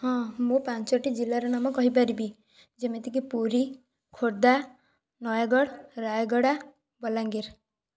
ହଁ ମୁଁ ପାଞ୍ଚଟି ଜିଲ୍ଲାର ନାମ କହିପାରିବି ଯେମିତିକି ପୁରୀ ଖୋର୍ଦ୍ଦା ନୟାଗଡ଼ ରାୟଗଡ଼ା ବଲାଙ୍ଗୀର